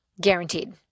Guaranteed